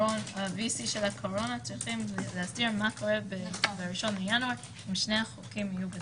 ה-VC של הקורונה צריך להסדיר מה קורה ב-1.1 אם שני החוקים יהיו בתוקף.